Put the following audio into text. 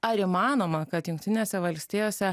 ar įmanoma kad jungtinėse valstijose